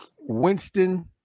Winston